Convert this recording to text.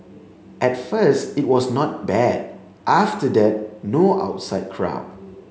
at first it was not bad after that no outside crowd